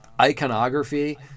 Iconography